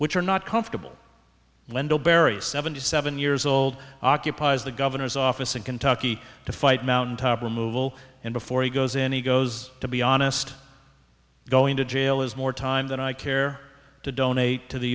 which are not comfortable wendell berry seventy seven years old occupies the governor's office in kentucky to fight mountaintop removal and before he goes in he goes to be honest going to jail is more time than i care to donate to the